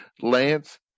Lance